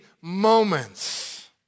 moments